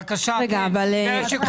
בעיה ראשונה,